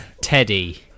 Teddy